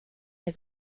der